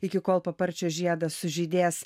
iki kol paparčio žiedas sužydės